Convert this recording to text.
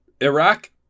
Iraq